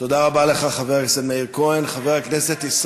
תודה רבה לך, חבר הכנסת מאיר כהן.